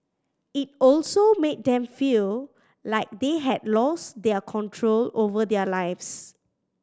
it also made them feel like they had lost their control over their lives